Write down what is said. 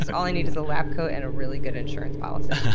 all i need is a lab coat and a really good insurance policy.